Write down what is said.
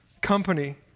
company